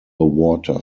water